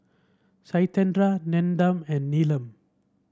Satyendra Nandan and Neelam